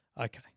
Okay